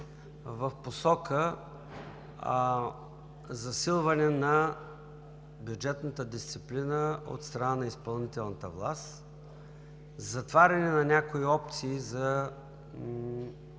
в посока засилване на бюджетната дисциплина от страна на изпълнителната власт, затваряне на някои опции за